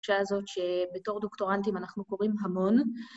‫בקשה הזאת שבתור דוקטורנטים ‫אנחנו קוראים המון.